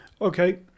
Okay